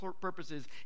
purposes